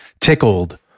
tickled